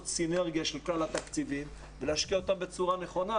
סינרגיה של כלל התקציבים ולהשקיע אותם בצורה נכונה.